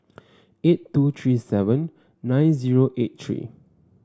eight two three seven nine zero eight three